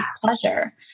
pleasure